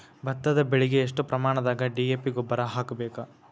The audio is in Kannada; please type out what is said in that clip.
ಭತ್ತದ ಬೆಳಿಗೆ ಎಷ್ಟ ಪ್ರಮಾಣದಾಗ ಡಿ.ಎ.ಪಿ ಗೊಬ್ಬರ ಹಾಕ್ಬೇಕ?